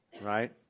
right